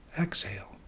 exhale